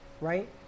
right